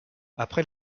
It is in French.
après